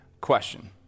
question